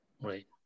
right